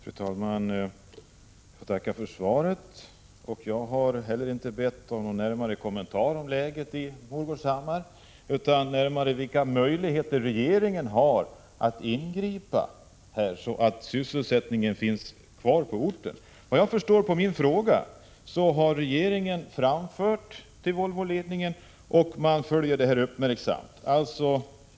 Fru talman! Jag tackar för svaret på min fråga. Jag har mycket riktigt inte bett om någon närmare kommentar till läget i Morgårdshammar utan i stället frågat vilka möjligheter regeringen har att ingripa så, att sysselsättningen på orten kan bibehållas. Såvitt jag förstår av svaret har regeringen kontaktat Volvoledningen, och det framhålls därefter att man uppmärksamt skall följa frågan.